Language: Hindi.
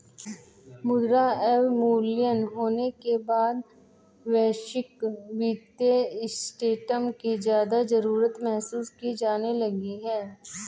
मुद्रा अवमूल्यन होने के बाद वैश्विक वित्तीय सिस्टम की ज्यादा जरूरत महसूस की जाने लगी